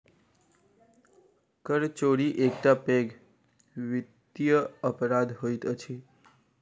कर चोरी एकटा पैघ वित्तीय अपराध होइत अछि